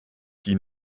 die